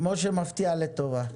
סמי אבל משה מפתיע לטובה,